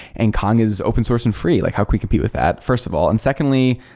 and kong is open source and free. like how can we compete with that, first of all? and secondly,